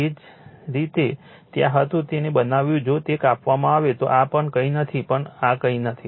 જે રીતે તે ત્યાં હતું મેં તેને બનાવ્યું જો તે કાપવામાં આવે તો આ પણ કંઈ નથી આ પણ કંઈ નથી